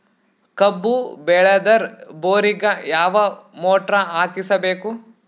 ಕಬ್ಬು ಬೇಳದರ್ ಬೋರಿಗ ಯಾವ ಮೋಟ್ರ ಹಾಕಿಸಬೇಕು?